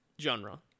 genre